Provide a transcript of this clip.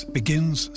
begins